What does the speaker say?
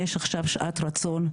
יש עכשיו שעת רצון,